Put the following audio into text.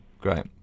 Great